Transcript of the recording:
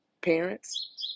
parents